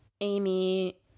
Amy